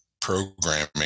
programming